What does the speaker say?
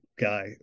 guy